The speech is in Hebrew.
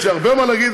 יש לי הרבה מה להגיד,